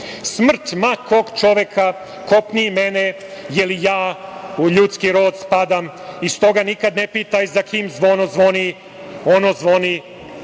Smrt ma kog čoveka kopni i mene, jer i ja u ljudski rod spadam i stoga nikad ne pitaj za kim zvono zvoni. Ono zvoni